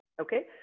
Okay